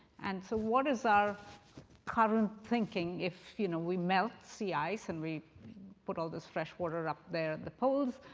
and so what is our current thinking? if you know we melt sea ice and we put all this fresh water up there at the poles,